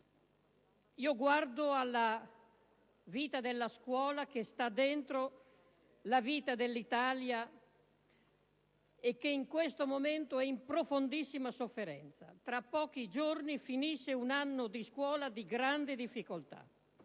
Guardo alla vita della scuola, che sta dentro la vita dell'Italia e che in questo momento è in profondissima sofferenza. Tra pochi giorni finisce un anno di scuola di grande difficoltà.